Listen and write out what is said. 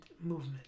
movement